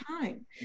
time